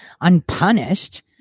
Unpunished